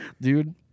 dude